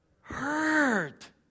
Hurt